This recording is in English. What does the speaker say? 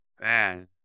Man